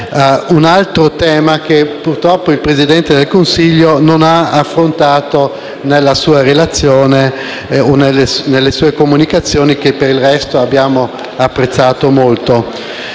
un altro tema che purtroppo il Presidente del Consiglio non ha affrontato nella sua relazione e nelle sue comunicazioni, che per il resto abbiamo molto